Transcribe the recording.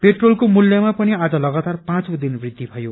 पेट्रोलको मूल्यमा पनि आज लगातार पाँचौ दिन वृद्धि भयो